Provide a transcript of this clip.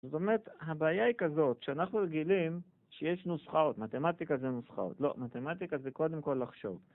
זאת אומרת, הבעיה היא כזאת שאנחנו רגילים שיש נוסחאות, מתמטיקה זה נוסחאות, לא, מתמטיקה זה קודם כל לחשוב.